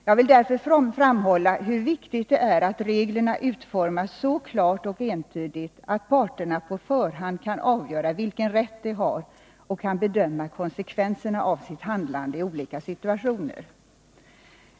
Jag vill därför framhålla hur viktigt det är att reglerna utformas så klart och entydigt att parterna på förhand kan avgöra vilken rätt de har och kan bedöma konsekvenserna av sitt handlande i olika situationer.